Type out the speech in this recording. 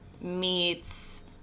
Meets